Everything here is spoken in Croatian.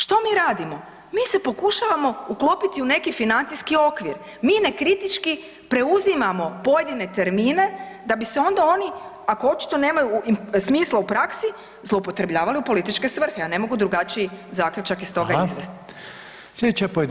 Što mi radimo, mi se pokušavamo uklopiti u neki financijski okvir mi nekritički preuzimamo pojedine termine da bi se onda oni ako očito nemaju smisla u praksi zloupotrebljavali u političke svrhe ja ne mogu drugačiji zaključak iz toga izvesti.